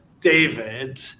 David